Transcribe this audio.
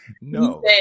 no